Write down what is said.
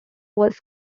was